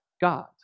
God